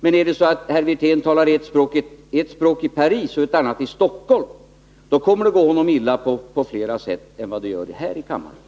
Men är det så att herr Wirtén talar ett språk i Paris och ett annat i Stockholm, då 13 kommer det att gå honom illa på flera sätt än vad det gör här i kammaren.